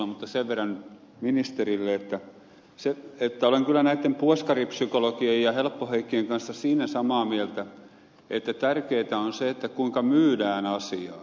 mutta sen verran ministerille että olen kyllä näitten puoskaripsykologien ja helppoheikkien kanssa siinä samaa mieltä että tärkeintä on se kuinka myydään asiaa